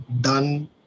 done